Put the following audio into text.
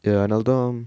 ya அதனாலதா:athanalatha mm